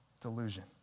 delusion